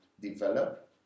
develop